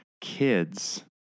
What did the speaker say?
Kids